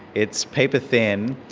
it's paper-thin,